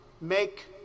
make